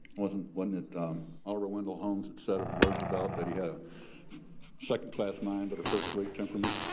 wasn't one that oliver wendell holmes said of roosevelt that he had ah second class mind but a first-rate temperament,